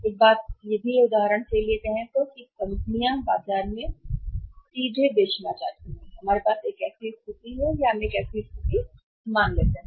एक बात यह है कि उदाहरण के लिए कहें तो कंपनियां हैं बाजार में सीधे बेचना हमारे पास एक ऐसी स्थिति है जहां हम यहां एक स्थिति मान लेते हैं